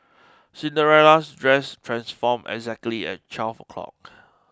Cinderella's dress transformed exactly at twelve o'clock